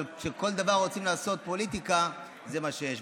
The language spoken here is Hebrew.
אבל כשבכל דבר רוצים לעשות פוליטיקה, זה מה שיש.